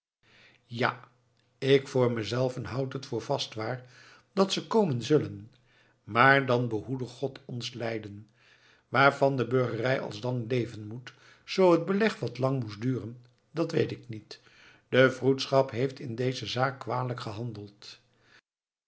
ja ik voor me zelven houd het voor vast waar dat ze komen zullen maar dan behoede god ons leiden waarvan de burgerij alsdan leven moet zoo het beleg wat lang moest duren dat weet ik niet de vroedschap heeft in deze zaak kwalijk gehandeld